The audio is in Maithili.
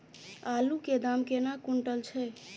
आलु केँ दाम केना कुनटल छैय?